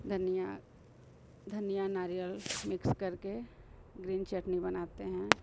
धनिया धनिया नारियल मिक्स करके ग्रीन चटनी बनाते हैं